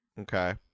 Okay